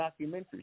documentaries